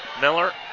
Miller